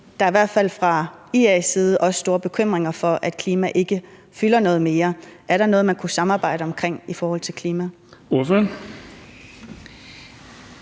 der er i hvert fald fra IA's side stor bekymring over, at klima ikke fylder noget mere. Var der noget, man kunne samarbejde omkring, altså i forhold til klima? Kl.